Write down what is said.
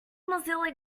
mozilla